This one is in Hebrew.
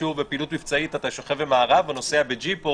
בפעילות מבצעית אתה שוכב במארב או נוסע בג'יפ,